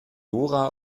dora